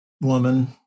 woman